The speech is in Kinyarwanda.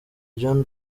john